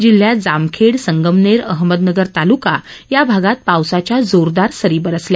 जिल्ह्यात जामखेड संगमनेर अहमदनगर तालुका या भागात पावसाच्या जोरदार सरी बरसल्या